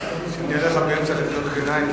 שאני אענה לך באמצע על קריאות ביניים,